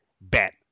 bet